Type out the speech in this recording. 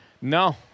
no